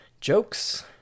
Jokes